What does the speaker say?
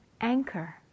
anchor